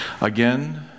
Again